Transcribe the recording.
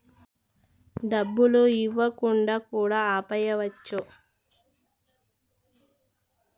డబ్బులు ఇవ్వకుండా కూడా ఆపేయచ్చు